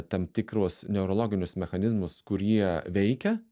tam tikrus neurologinius mechanizmus kurie veikia